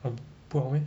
oh 不好 meh